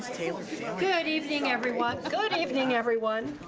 good evening everyone. good evening everyone.